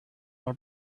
are